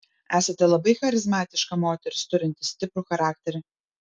esate labai charizmatiška moteris turinti stiprų charakterį